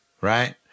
right